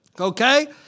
Okay